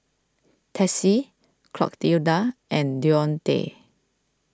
Tessie Clotilda and Deontae